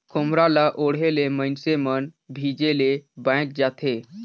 खोम्हरा ल ओढ़े ले मइनसे मन भीजे ले बाएच जाथे